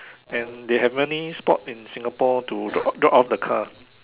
and they have many spot in Singapore to drop drop off the car